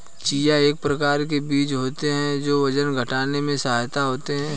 chia एक प्रकार के बीज होते हैं जो वजन घटाने में सहायक होते हैं